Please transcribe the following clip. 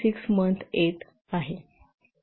6 month येत आहे